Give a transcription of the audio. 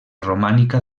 romànica